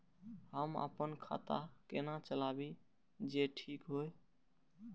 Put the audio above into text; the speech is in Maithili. हम अपन खाता केना चलाबी जे ठीक होय?